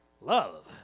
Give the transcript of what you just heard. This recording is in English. Love